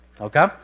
Okay